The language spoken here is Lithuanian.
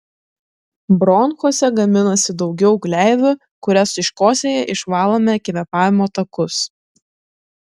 bronchuose gaminasi daugiau gleivių kurias iškosėję išvalome kvėpavimo takus